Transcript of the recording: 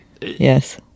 Yes